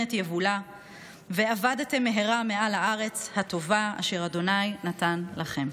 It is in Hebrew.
את יבולה ואבדתם מהרה מעל הארץ הטֹבה אשר ה' נֹתן לכם".